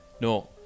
No